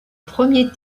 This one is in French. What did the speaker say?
premier